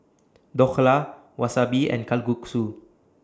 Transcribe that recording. Dhokla Wasabi and Kalguksu